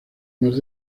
más